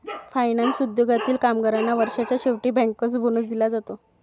finance उद्योगातील कामगारांना वर्षाच्या शेवटी बँकर्स बोनस दिला जाते